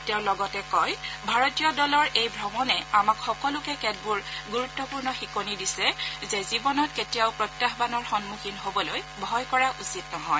তেওঁ লগতে কয় যে ভাৰতীয় দলৰ এই ভ্ৰমণে আমাক সকলোকে কেতবোৰ গুৰুত্পূৰ্ণ শিকনি দিছে যে জীৱনত কেতিয়াও প্ৰত্যাহ্বানৰ সন্মুখীন হবলৈ ভয় কৰা উচিত নহয়